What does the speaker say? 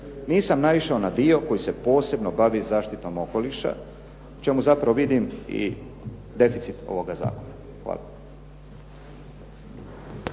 Nisam naišao na dio koji se posebno bavi zaštitom okoliša u čemu zapravo vidim i deficit ovoga zakona. Hvala.